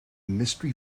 mystery